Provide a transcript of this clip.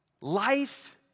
Life